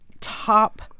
top